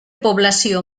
població